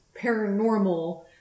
paranormal